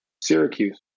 Syracuse